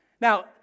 Now